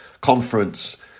conference